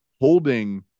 holding